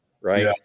Right